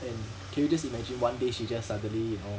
and can you just imagine one day she just suddenly you know